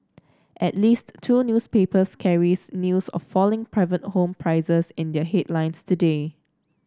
at least two newspapers carries news of falling private home prices in their headlines today